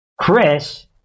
Chris